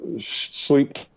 sleep